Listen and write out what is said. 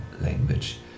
language